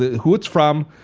who it's from,